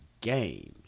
game